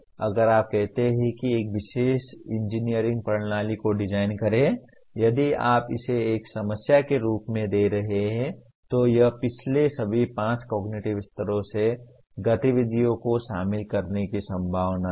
लेकिन अगर आप कहते हैं कि एक विशेष इंजीनियरिंग प्रणाली को डिज़ाइन करें यदि आप इसे एक समस्या के रूप में दे रहे हैं तो यह पिछले सभी पांच कॉगनिटिव स्तरों से गतिविधियों को शामिल करने की संभावना है